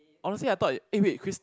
honestly I thought eh eh wait Chris